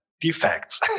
defects